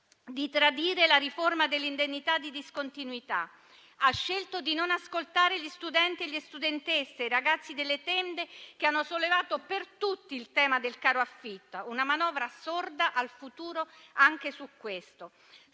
di tradire la riforma dell'indennità di discontinuità. Ha scelto di non ascoltare gli studenti e le studentesse, i ragazzi delle tende, che hanno sollevato per tutti il tema del caro affitto. Questa è una manovra sorda al futuro anche su questo